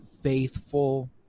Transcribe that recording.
faithful